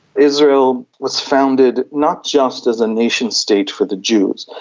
israel was founded not just as a nationstate for the jews.